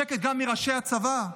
שקט גם מראשי הצבא.